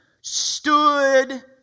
stood